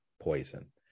poison